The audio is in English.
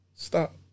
stop